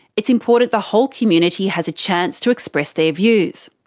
it's important the whole community has a chance to express their views.